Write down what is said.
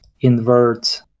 invert